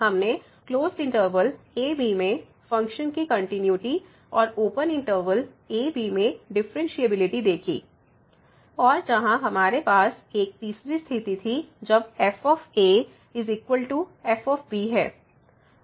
हमने closed interval a b में function की कंटिन्यूटी और ओपन इंटरवल a b में डिफ़्फ़रेनशियेबिलिटी देखी और जहां हमारे पास एक तीसरी स्थिति थी जब ff है